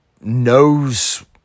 knows